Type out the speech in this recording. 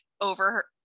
over